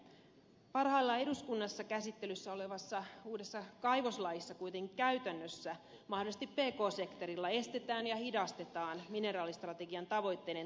parhaillaan eduskunnan käsittelyssä olevassa uudessa kaivoslaissa kuitenkin käytännössä mahdollisesti pk sektorilla estetään ja hidastetaan mineraalistrategian tavoitteiden toimeenpanoa